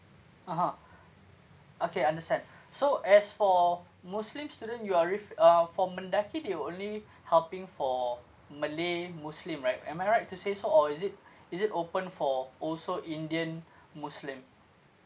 ah ha okay understand so as for muslim student you're ref~ uh for mendaki they'll only helping for malay muslim right am I right to say so or is it is it open for also indian muslim